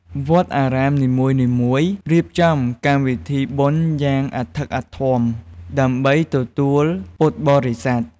វត្តអារាមនីមួយៗរៀបចំកម្មវិធីបុណ្យយ៉ាងអធិកអធមដើម្បីទទួលពុទ្ធបរិស័ទ។